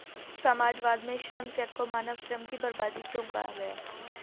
समाजवाद में श्रम चेक को मानव श्रम की बर्बादी क्यों कहा गया?